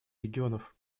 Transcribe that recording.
регионов